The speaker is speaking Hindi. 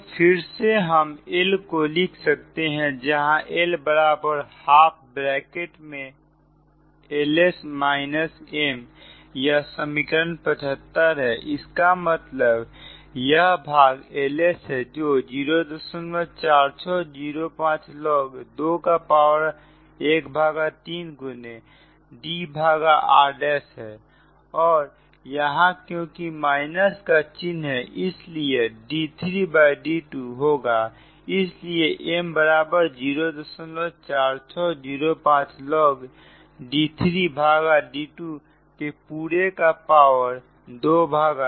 तो फिर से हम L को लिख सकते हैं जहां L बराबर ½ ब्रैकेट में Ls M यह समीकरण 75 है इसका मतलब यह भाग Lsहै जो 04605 log 2 का पावर ⅓ गुने Dr' है और यहां क्योंकि का चिन्ह है इसलिए d3d2 होगा इसलिए M बराबर 04605 log d3d2 के पूरे का पावर ⅔ होगा